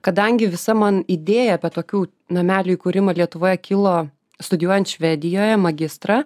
kadangi visa man idėja apie tokių namelių įkūrimą lietuvoje kilo studijuojant švedijoje magistrą